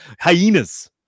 hyenas